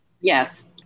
Yes